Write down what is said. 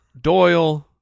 Doyle